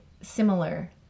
similar